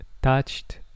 touched